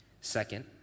Second